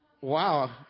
wow